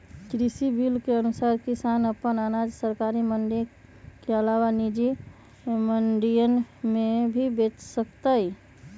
कृषि बिल के अनुसार किसान अपन अनाज सरकारी मंडी के अलावा निजी मंडियन में भी बेच सकतय